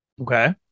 Okay